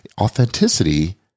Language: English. Authenticity